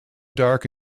dark